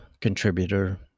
contributor